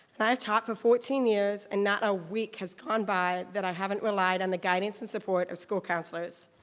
i have taught for fourteen years and not a week has gone by that i haven't relied on the guidance and support of school counselors.